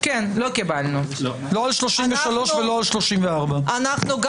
לא על 33 ולא על 34. לא קיבלנו.